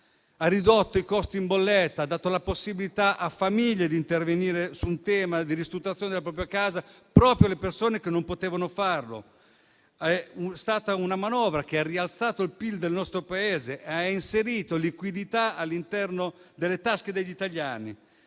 ha ridotto i costi in bolletta; ha dato la possibilità alle famiglie di ristrutturare la propria casa, soprattutto alle persone che non potevano farlo. È stata una manovra che ha rialzato il PIL del nostro Paese, ha inserito liquidità all'interno delle tasche degli italiani